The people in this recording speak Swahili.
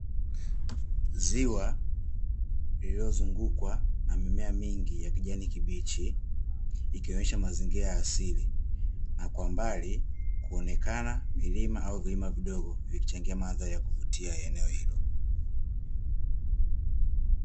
Ziwa lililozungukwa na mimea mingi ya kijani kibichi, ikionyesha mazingira ya asili. Na kwa mbali kuoneka milima au vilima vidogo vikichangia mandhari ya kuvutia ya eneo hilo.